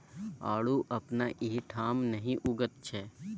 आड़ू अपना एहिठाम नहि उगैत छै